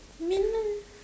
midnight